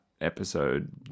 episode